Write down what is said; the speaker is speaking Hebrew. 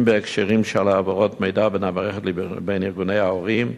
בהקשרים של העברות מידע בין המערכת לבין ארגוני ההורים,